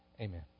Amen